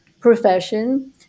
profession